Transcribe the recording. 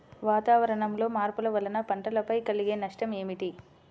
వాతావరణంలో మార్పుల వలన పంటలపై కలిగే నష్టం ఏమిటీ?